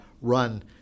run